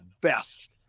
best